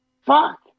Fuck